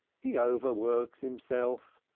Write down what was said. he overworks himself,